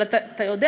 אבל אתה יודע